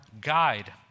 guide